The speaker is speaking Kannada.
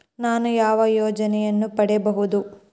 ನಾನು ಯಾವ ಯೋಜನೆಯನ್ನು ಪಡೆಯಬಹುದು?